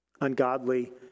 ungodly